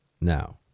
Now